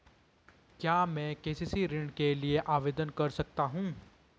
क्या मैं के.सी.सी ऋण के लिए आवेदन कर सकता हूँ?